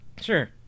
Sure